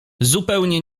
zupełnie